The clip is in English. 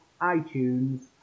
iTunes